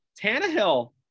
Tannehill